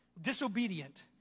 disobedient